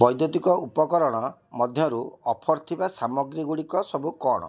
ବୈଦ୍ୟୁତିକ ଉପକରଣ ମଧ୍ୟରୁ ଅଫର୍ ଥିବା ସାମଗ୍ରୀଗୁଡ଼ିକ ସବୁ କ'ଣ